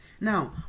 Now